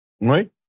Right